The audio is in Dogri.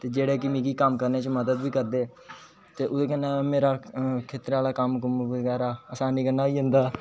ते जेहडे़ कि मिगी कम्म करने च मदद बी करदे ते ओहदे कन्ने मेरा खेतरे आहला कम्म बगैरा आसनी कन्ने होई जंदा